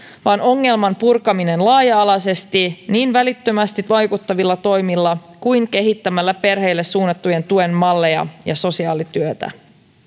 vaan ongelman purkaminen laaja alaisesti niin välittömästi vaikuttavilla toimilla kuin kehittämällä perheille suunnatun tuen malleja ja sosiaalityötä